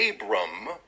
Abram